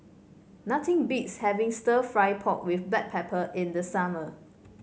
nothing beats having stir fry pork with Black Pepper in the summer